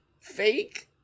fake